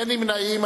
אין נמנעים.